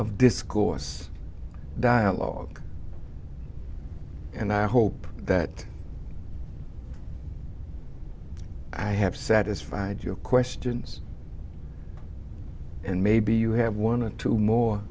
of discourse dialogue and i hope that i have satisfied your questions and maybe you have one or two more